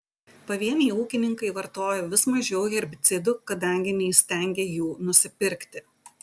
pavieniai ūkininkai vartoja vis mažiau herbicidų kadangi neįstengia jų nusipirkti